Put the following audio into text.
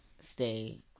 stay